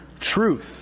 truth